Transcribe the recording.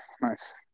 Nice